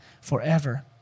forever